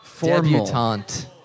Debutante